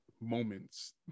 moments